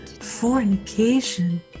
fornication